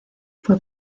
fue